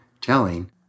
telling